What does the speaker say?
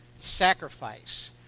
sacrifice